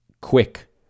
quick